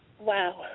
Wow